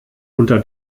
unter